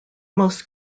most